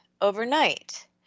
overnight